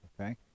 okay